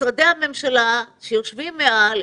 משרדי הממשלה שיושבים מעל,